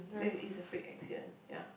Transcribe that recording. this it's a freak accident ya